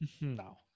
No